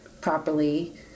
properly